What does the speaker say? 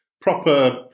proper